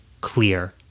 clear—